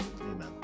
Amen